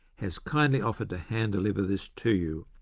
has kindly offered to hand deliver this to you.